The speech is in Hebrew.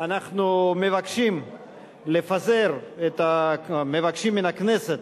אנחנו מבקשים לפזר, מבקשים מהכנסת